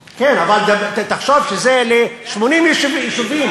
כן, כן, אבל תחשוב שזה ל-80 יישובים.